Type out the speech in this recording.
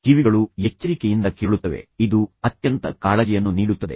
ಕಿವಿಗಳು ಎಚ್ಚರಿಕೆಯಿಂದ ಕೇಳುತ್ತವೆ ಇದು ಅತ್ಯಂತ ಕಾಳಜಿಯನ್ನು ನೀಡುತ್ತದೆ